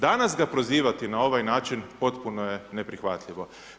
Danas ga prozivati na ovaj način potpuno je neprihvatljivo.